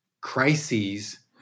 crises